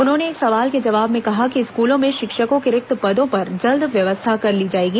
उन्होंने एक सवाल के जवाब में कहा कि स्कूलों में शिक्षकों के रिक्त पदों पर जल्द व्यवस्था कर ली जाएगी